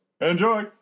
Enjoy